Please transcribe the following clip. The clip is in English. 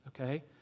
okay